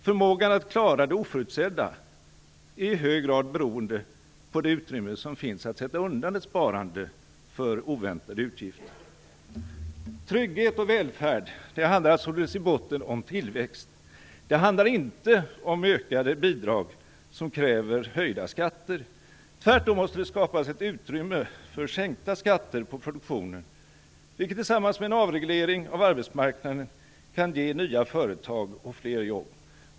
Förmågan att klara det oförutsedda beror i hög grad på det utrymme som finns att sätta undan ett sparande för oväntade utgifter. Trygghet och välfärd handlar således i botten om tillväxt. Det handlar inte om ökade bidrag som kräver höjda skatter. Tvärtom måste det skapas ett utrymme för att sänka skatter på produktionen, vilket tillsammans med en avreglering av arbetsmarknaden kan ge nya företag och fler jobb.